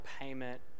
payment